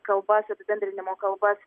kalbas apibendrinimo kalbas